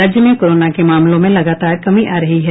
राज्य में कोरोना के मामलों में लगातार कमी आ रही है